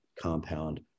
compound